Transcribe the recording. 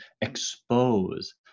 expose